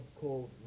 called